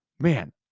man